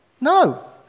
No